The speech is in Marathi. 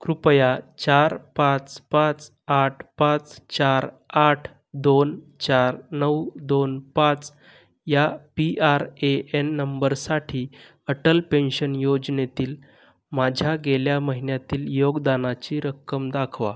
कृपया चार पाच पाच आठ पाच चार आठ दोन चार नऊ दोन पाच या पी आर ए एन नंबरसाठी अटल पेन्शन योजनेतील माझ्या गेल्या महिन्यातील योगदानाची रक्कम दाखवा